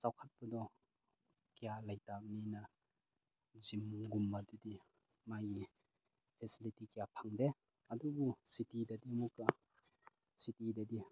ꯆꯥꯎꯈꯠꯄꯗꯣ ꯀꯌꯥ ꯂꯩꯇꯝꯅꯤꯅ ꯖꯤꯝꯒꯨꯝꯕꯗꯗꯤ ꯃꯥꯒꯤ ꯐꯦꯁꯤꯂꯤꯇꯤ ꯀꯌꯥ ꯐꯪꯗꯦ ꯑꯗꯨꯕꯨ ꯁꯤꯇꯤꯗꯗꯤ ꯑꯃꯨꯛꯀ ꯁꯤꯇꯤꯗꯗꯤ